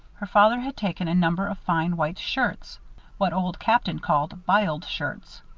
her father had taken a number of fine white shirts what old captain called b'iled shirts.